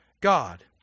God